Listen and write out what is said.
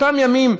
אותם ימים,